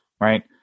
right